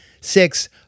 Six